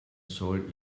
soll